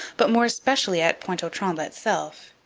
but, more especially, at pointe aux trembles itself.